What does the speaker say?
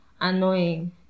annoying